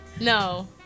No